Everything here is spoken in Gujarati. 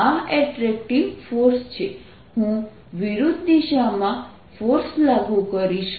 આ એટ્રેક્ટિવ ફોર્સ છે હું વિરુદ્ધ દિશામાં ફોર્સ લાગુ કરીશ